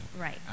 Right